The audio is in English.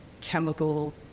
chemical